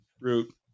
root